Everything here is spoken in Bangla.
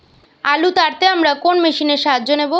আলু তাড়তে আমরা কোন মেশিনের সাহায্য নেব?